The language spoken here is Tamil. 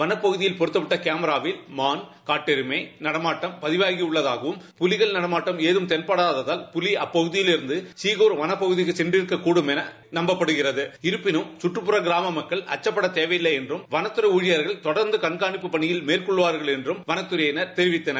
வளப் பகுதியில் பொருத்தப்பட்ட கேமராவில் மான் காட்டெருமை நடமாட்டம் பதிவாகியுள்ளதாகவும் புலிகள் நடமாட்டம் ஏதும் நென்படாததால் புலி அப்பகுதியில் இருந்து சிகர் வனப் பகுதிக்கு சென்றிருக்கக்கூடும் என்று நம்பப்படுகிறது இருப்பினும் கற்றுப்புற கிராம மக்கள் அச்சப்படத் தேவையில்லை என்றும் வனத்துறை ஊழியர்கள் தொடர்ந்து கண்காணிப்புப் பணியை மேற்கொள்வார்கள் என்றும் வனத்துறையினர் தெரிவித்தனர்